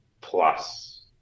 plus